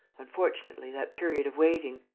unfortunately, that period of waiting,